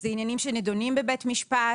אלה עניינים שנידונים בבית משפט,